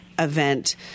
event